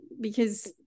because-